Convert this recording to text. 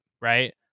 right